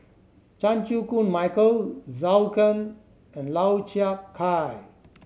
Chan Chew Koon Michael Zhou Can and Lau Chiap Khai